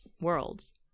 worlds